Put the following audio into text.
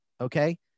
Okay